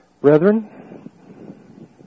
Brethren